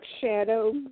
shadow